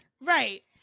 Right